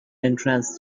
entrance